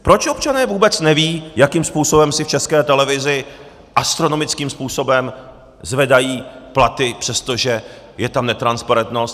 Proč občané vůbec nevědí, jakým způsobem si v České televizi astronomickým způsobem zvedají platy, přestože je tam netransparentnost.